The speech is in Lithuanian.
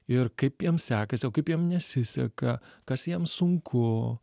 ir kaip jam sekasi o kaip jam nesiseka kas jam sunku